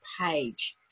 page